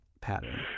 pattern